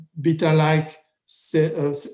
beta-like